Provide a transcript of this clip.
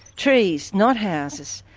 trees, not houses,